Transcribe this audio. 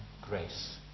grace